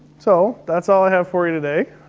so that's all i have for you today.